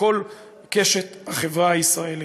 מכל קשת החברה הישראלית.